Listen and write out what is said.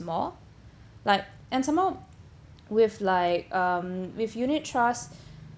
more like and some more with like um with unit trust